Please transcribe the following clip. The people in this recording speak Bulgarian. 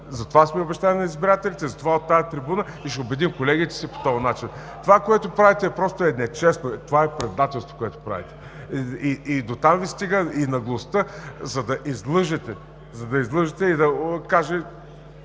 за това сме обещали на избирателите, затова от тази трибуна… И ще убедим колегите си по този начин. (Реплика от ОП.) Това, което правите, просто е нечестно бе, това е предателство, което правите. Дотам Ви стига и наглостта, за да излъжете и да кажете,